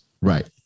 Right